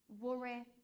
worry